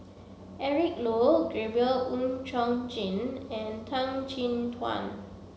Eric Low Gabriel Oon Chong Jin and Tan Chin Tuan